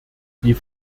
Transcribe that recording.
die